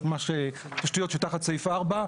התשתיות שתחת סעיף 4,